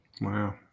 Wow